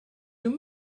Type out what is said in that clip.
you